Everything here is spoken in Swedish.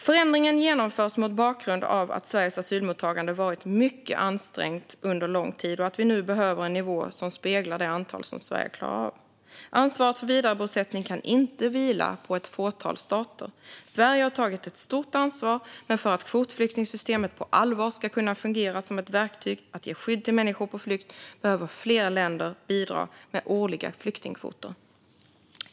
Förändringen genomförs mot bakgrund av att Sveriges asylmottagande varit mycket ansträngt under lång tid och att vi nu behöver en nivå som speglar det antal som Sverige klarar av. Ansvaret för vidarebosättning kan inte vila på ett fåtal stater. Sverige har tagit ett stort ansvar, men för att kvotflyktingsystemet på allvar ska kunna fungera som ett verktyg att ge skydd till människor på flykt behöver fler länder bidra med årliga flyktingkvoter.